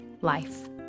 life